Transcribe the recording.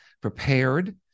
prepared